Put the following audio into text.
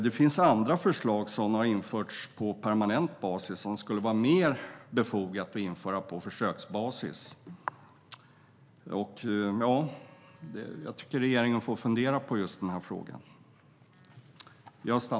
Det finns förslag som har införts på permanent basis men som det skulle vara mer befogat att införa på försöksbasis. Jag tycker att regeringen får fundera på den frågan.